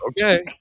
Okay